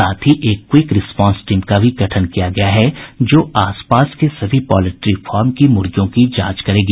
साथ ही एक क्विक रिस्पांस टीम का गठन किया गया है जो आसपास के सभी पॉल्ट्री फार्म की मुर्गियों की जांच करेगी